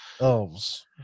elves